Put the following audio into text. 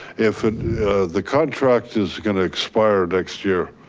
if the contract is gonna expire next year.